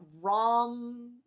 rom